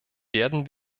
werden